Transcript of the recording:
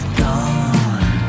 gone